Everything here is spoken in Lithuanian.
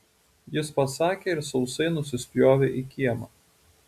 jis pasakė ir sausai nusispjovė į kiemą